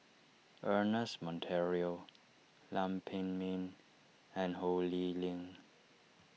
Ernest Monteiro Lam Pin Min and Ho Lee Ling